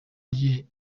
rye